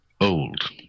old